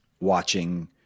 watching